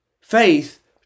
Faith